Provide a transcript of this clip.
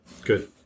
Good